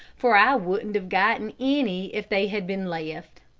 for i wouldn't have gotten any if they had been left.